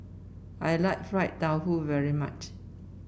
I like Fried Tofu very much